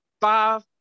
Five